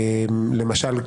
למשל,